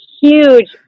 huge